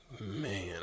man